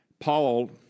Paul